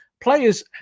Players